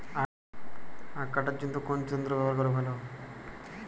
আঁখ কাটার জন্য কোন যন্ত্র ব্যাবহার করা ভালো?